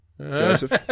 Joseph